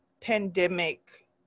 pandemic